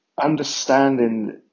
understanding